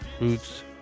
roots